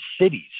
cities